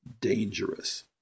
dangerous